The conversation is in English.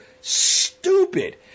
stupid